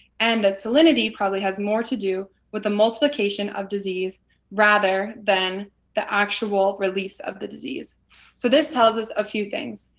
and that salinity has more to do with the multiplication of disease rather than the actual release of the disease. so this tells us a few things.